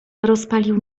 rozpalił